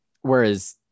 Whereas